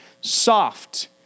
soft